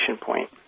point